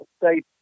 state